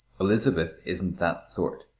elizabeth isn't that sort.